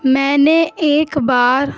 میں نے ایک بار